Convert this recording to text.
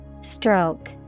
Stroke